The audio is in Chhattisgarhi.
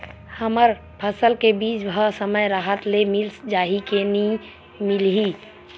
हमर फसल के बीज ह समय राहत ले मिल जाही के नी मिलही?